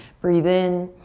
breathe in.